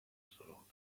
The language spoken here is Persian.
سراغ